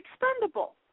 expendable